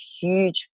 huge